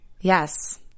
Yes